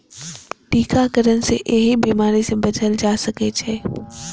टीकाकरण सं एहि बीमारी सं बचल जा सकै छै